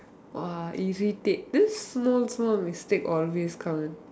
!wah! irritate this small small mistake always come